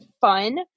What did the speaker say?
fun